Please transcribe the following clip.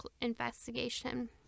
investigation